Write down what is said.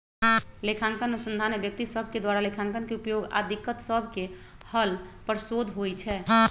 लेखांकन अनुसंधान में व्यक्ति सभके द्वारा लेखांकन के उपयोग आऽ दिक्कत सभके हल पर शोध होइ छै